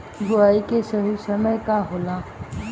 बुआई के सही समय का होला?